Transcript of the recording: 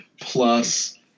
plus